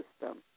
system